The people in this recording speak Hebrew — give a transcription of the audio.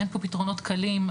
אין פה פתרונות קלים,